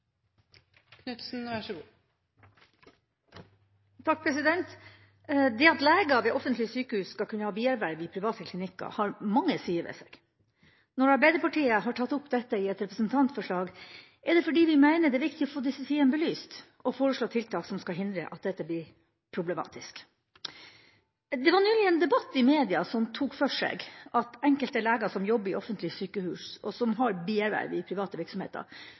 det fordi vi mener det er viktig å få disse sidene belyst og foreslå tiltak som skal hindre at dette blir problematisk. Det var nylig en debatt i media som tok for seg at enkelte leger som jobber i offentlige sykehus, og som har bierverv i private virksomheter,